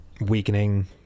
weakening